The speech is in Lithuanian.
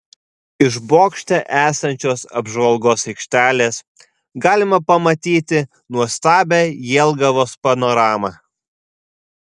iš bokšte esančios apžvalgos aikštelės galima pamatyti nuostabią jelgavos panoramą